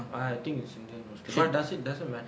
ah I think it's indian lah but does it matter does it matter